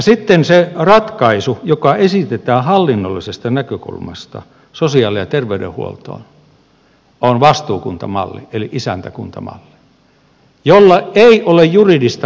sitten se ratkaisu joka esitetään hallinnollisesta näkökulmasta sosiaali ja terveydenhuoltoon on vastuukuntamalli eli isäntäkuntamalli jolla ei ole juridista pohjaa